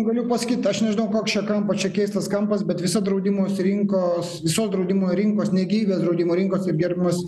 galiu pasakyt aš nežinau koks čia kampo čia keistas kampas bet visa draudimo rinkos visos draudimo rinkos ne gyvybės draudimo rinkos ir gerbiamas